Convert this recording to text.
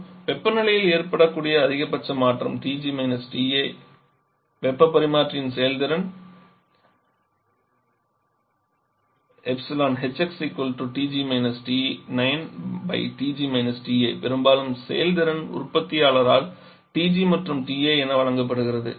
மற்றும் வெப்பநிலையில் ஏற்படக்கூடிய அதிகபட்ச மாற்றம் TG - TA வெப்ப பரிமாற்றியின் செயல்திறன் பெரும்பாலும் செயல்திறன் உற்பத்தியாளரால் TG மற்றும் TA என வழங்கப்படுகிறது